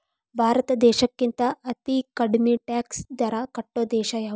ಭಾರತ್ ದೇಶಕ್ಕಿಂತಾ ಅತೇ ಕಡ್ಮಿ ಟ್ಯಾಕ್ಸ್ ದರಾ ಕಟ್ಟೊ ದೇಶಾ ಯಾವ್ದು?